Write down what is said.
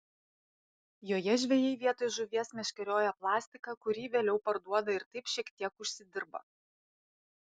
joje žvejai vietoj žuvies meškerioja plastiką kurį vėliau parduoda ir taip šiek tiek užsidirba